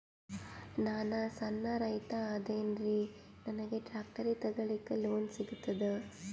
ನಾನ್ ಸಣ್ ರೈತ ಅದೇನೀರಿ ನನಗ ಟ್ಟ್ರ್ಯಾಕ್ಟರಿ ತಗಲಿಕ ಲೋನ್ ಸಿಗತದ?